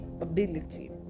ability